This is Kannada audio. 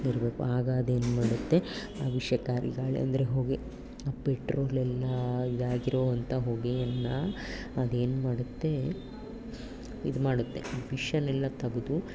ಇರಬೇಕು ಆಗ ಅದೇನು ಮಾಡುತ್ತೆ ಆ ವಿಷಕಾರಿ ಗಾಳಿ ಅಂದರೆ ಹೊಗೆ ಆ ಪೆಟ್ರೋಲೆಲ್ಲಾ ಇದಾಗಿರೋವಂಥ ಹೊಗೆಯನ್ನು ಅದೇನು ಮಾಡುತ್ತೆ ಇದು ಮಾಡುತ್ತೆ ವಿಷವೆಲ್ಲ ತೆಗ್ದು